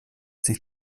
sich